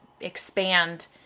expand